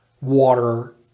water